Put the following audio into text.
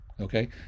Okay